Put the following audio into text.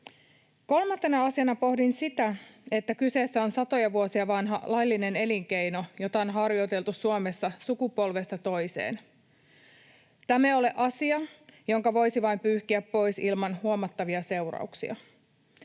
Kolmantena asiana pohdin sitä, että kyseessä on satoja vuosia vanha laillinen elinkeino, jota on harjoitettu Suomessa sukupolvesta toiseen. Tämä ei ole asia, jonka voisi vain pyyhkiä pois ilman huomattavia seurauksia.